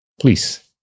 Please